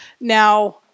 Now